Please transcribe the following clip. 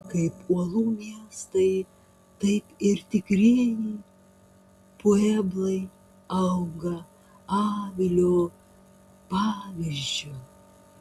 kaip uolų miestai taip ir tikrieji pueblai auga avilio pavyzdžiu